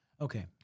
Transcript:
Okay